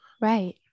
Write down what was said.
Right